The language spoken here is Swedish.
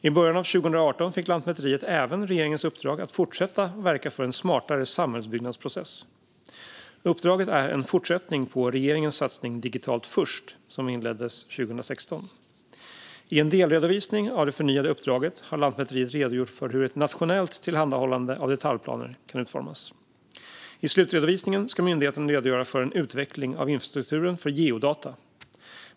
I början av 2018 fick Lantmäteriet även regeringens uppdrag att fortsätta verka för en smartare samhällsbyggnadsprocess. Uppdraget är en fortsättning på regeringens satsning Digitalt först, som inleddes 2016. I en delredovisning av det förnyade uppdraget har Lantmäteriet redogjort för hur ett nationellt tillhandahållande av detaljplaner kan utformas. I slutredovisningen ska myndigheten redogöra för en utveckling av infrastrukturen för geodata.